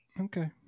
Okay